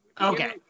Okay